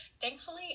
thankfully